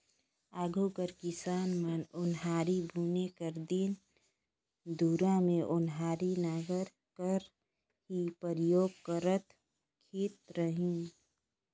आघु कर किसान मन ओन्हारी बुने कर दिन दुरा मे ओन्हारी नांगर कर ही परियोग करत खित रहिन